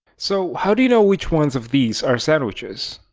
so, how do you know which ones of these are sandwiches?